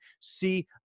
see